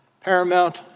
paramount